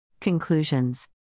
Conclusions